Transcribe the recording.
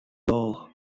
gall